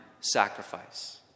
sacrifice